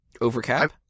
Overcap